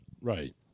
Right